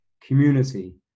community